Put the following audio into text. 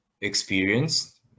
experienced